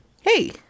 Hey